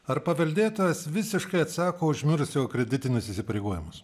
ar paveldėtojas visiškai atsako už mirusiojo kreditinius įsipareigojimus